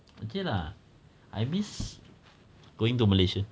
okay lah I miss going to malaysia